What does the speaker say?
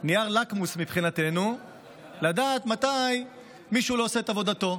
נייר הלקמוס מבחינתנו לדעת מתי מישהו לא עושה את עבודתו.